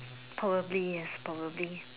probably yes probably